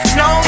no